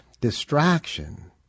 distraction